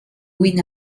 win